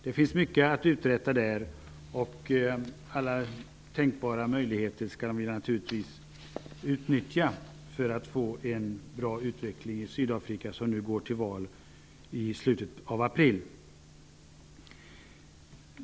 Det finns mycket att uträtta där, och alla tänkbara möjligheter skall vi naturligtvis utnyttja för att få en bra utveckling i Sydafrika, där man går till val i slutet av april.